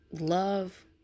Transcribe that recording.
love